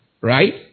Right